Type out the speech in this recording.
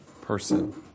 person